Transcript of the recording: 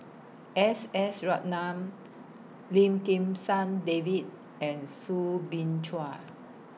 S S Ratnam Lim Kim San David and Soo Bin Chua